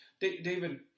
David